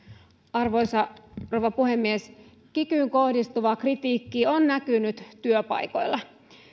arvoisa rouva puhemies kikyyn kohdistuva kritiikki on näkynyt työpaikoilla